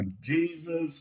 Jesus